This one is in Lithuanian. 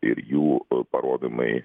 ir jų parodymai